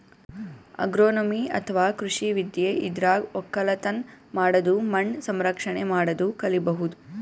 agronomy ಅಥವಾ ಕೃಷಿ ವಿದ್ಯೆ ಇದ್ರಾಗ್ ಒಕ್ಕಲತನ್ ಮಾಡದು ಮಣ್ಣ್ ಸಂರಕ್ಷಣೆ ಮಾಡದು ಕಲಿಬಹುದ್